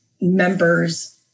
members